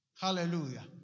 Hallelujah